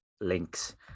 Links